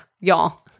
y'all